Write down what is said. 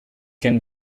can